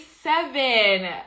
seven